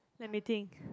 let me think